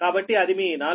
కాబట్టి అది మీ 4